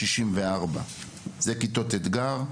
אלה כיתות אתגר.